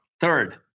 Third